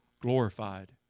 glorified